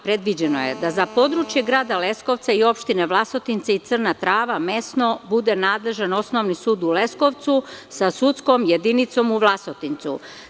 Predviđeno je da za područje grada Leskovca i opština Vlasotince i Crna Trava mesno bude nadležan Osnovni sud u Leskovcu sa sudskom jedinicom u Vlasotincu.